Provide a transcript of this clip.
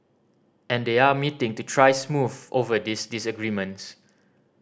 and they are meeting to try smooth over these disagreements